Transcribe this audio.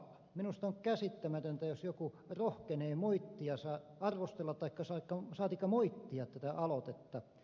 minusta on käsittämätöntä jos joku rohkenee arvostella saatikka moittia tätä aloitetta